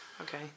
Okay